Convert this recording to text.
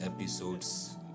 episodes